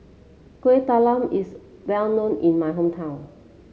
Kueh Talam is well known in my hometown